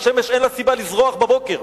לשמש אין סיבה לזרוח בבוקר.